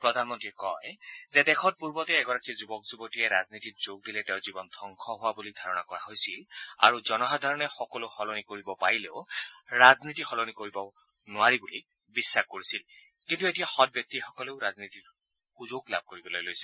প্ৰধানমন্ত্ৰীয়ে কয় যে দেশত পূৰ্বতে এগৰাকী যুৱক বা যুৱতীয়ে ৰাজনীতিত যোগ দিলে তেওঁৰ জীৱন ধবংস হোৱা বুলি ধাৰণা কৰা হৈছিল আৰু জনসাধাৰণে সকলো সলনি কৰিব পাৰিলেও ৰাজনীতি সলনি কৰিব নোৱাৰি বুলি বিশ্বাস কৰিছিল কিন্তু এতিয়া সৎ ব্যক্তিসকলেও ৰাজনীতিত সুযোগ লাভ কৰিবলৈ লৈছে